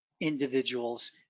individuals